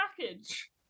package